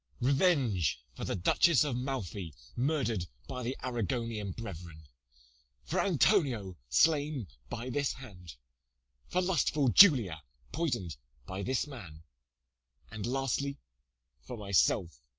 revenge for the duchess of malfi murdered by the arragonian brethren for antonio slain by this hand for lustful julia poison'd by this man and lastly for myself,